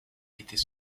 était